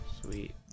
Sweet